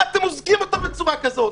מה אתם אוזקים אותו בצורה כזאת?